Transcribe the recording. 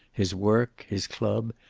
his work, his club,